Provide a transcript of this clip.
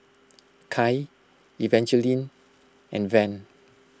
Kai Evangeline and Van